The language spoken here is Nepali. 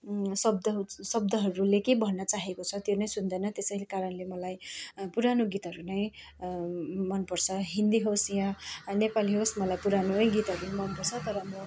शब्द शब्दहरूले के भन्न चाहेको छ त्यो नै सुन्दैन त्यसै कारणले मलाई पुराने गीतहरू नै मनपर्छ हिन्दी होस् या नेपाली होस् मलाई पुरानै गीतहरू मनपर्छ तर अब